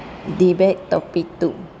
debate topic two